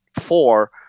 four